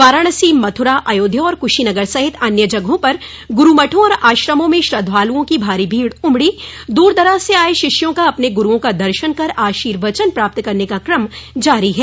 वाराणसी मथुरा अयोध्या और कुशीनगर सहित अन्य जगहों पर गुरू मठों और आश्रमों में श्रद्धालुओं की भारी भीड़ उमड़ी दूर दराज से आये शिष्यों का अपने गुरूओं का दर्शन कर आर्शीवचन प्राप्त करने का क्रम जारी है